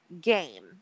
game